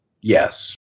Yes